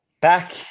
back